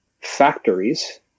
factories